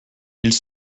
ils